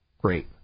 Great